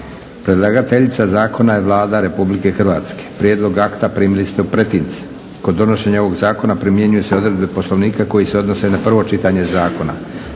Predlagateljica zakona je Vlada RH. Prijedlog akta primili ste u pretince. Kod donošenja ovog zakona primjenjuju se odredbe Poslovnika koje se odnose na prvo čitanje zakona.